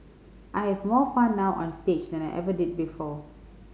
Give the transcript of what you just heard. I have more fun now onstage than I ever did before